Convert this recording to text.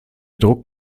druck